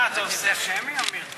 אה, אתה עושה שמי, עמיר?